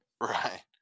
Right